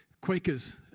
Quakers